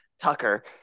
Tucker